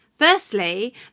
Firstly